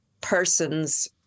person's